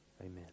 amen